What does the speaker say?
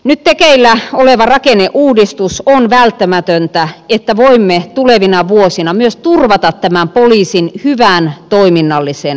nyt tekeillä oleva rakenneuudistus on välttämätön että voimme tulevina vuosina myös turvata tämän poliisin hyvän toiminnallisen tason